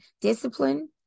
Discipline